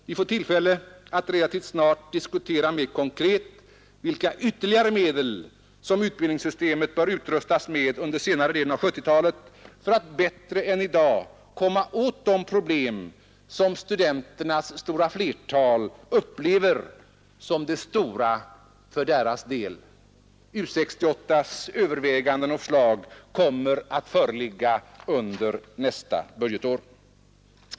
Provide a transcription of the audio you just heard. Vi får tillfälle att relativt snart diskutera mera konkret vilka ytterligare medel som utbildningssystemet bör utrustas med under senare delen av 1970-talet för att vi bättre än i dag skall kunna komma åt de problem, som flertalet studenter upplever som de stora för deras del. U 68:s överväganden och förslag kommer att föreligga under nästa budgetår.